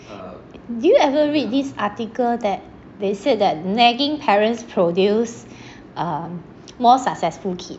do you ever read this article that they said that nagging parents produced um more successful kids